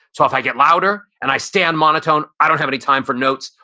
so if i get louder and i stay on monotone, i don't have any time for notes.